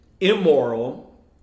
immoral